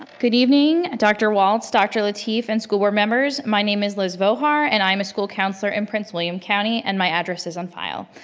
good evening, dr. walt, dr. lateef, and school board members. my name is liz voughart and i'm a school counselor in prince william county and my address is on file.